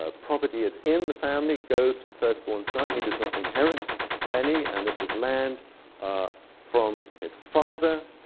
ah property is in the family goes to the firstborn son. he does not inherit any, and this is land from his father,